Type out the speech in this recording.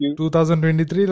2023